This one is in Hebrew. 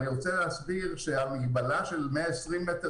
אני רוצה להסביר שמשמעות המגבלה של 120 מטר